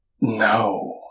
No